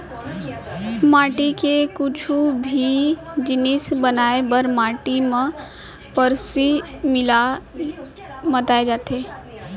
माटी के कुछु भी जिनिस बनाए बर माटी म पेरौंसी मिला के मताए जाथे